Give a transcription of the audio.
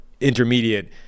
intermediate